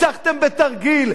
ניצחתם בתרגיל.